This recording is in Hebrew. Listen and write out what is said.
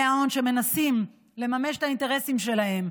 ההון שמנסים לממש את האינטרסים שלהם.